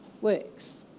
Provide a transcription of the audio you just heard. works